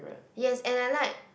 yes and I like